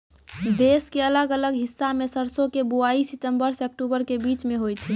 देश के अलग अलग हिस्सा मॅ सरसों के बुआई सितंबर सॅ अक्टूबर के बीच मॅ होय छै